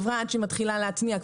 עד שחברה מתחילה להטמיע,